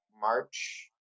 March